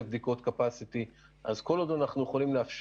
הדבר היחידי שאנחנו בוחנים עכשיו זה באמת את רמת האפקטיביות